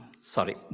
sorry